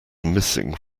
missing